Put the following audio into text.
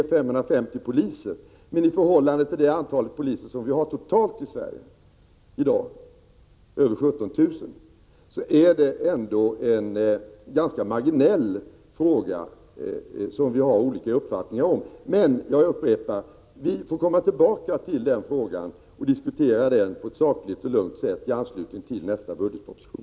1986/87:103 är 550 poliser, men i förhållande till det totala antalet poliser i Sverige i dag, 7 april 1987 över 17 000, är det ändå en ganska marginell fråga, där vi har olika uppfattningar. Men jag upprepar: Vi får återkomma till frågan och diskutera den på ett lugnt och sakligt sätt i anslutning till nästa budgetproposition.